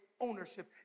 ownership